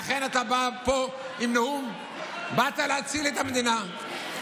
לכן אתה בא פה עם נאום, באת להציל את המדינה.